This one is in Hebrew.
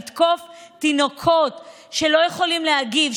לתקוף תינוקות שלא יכולים להגיב,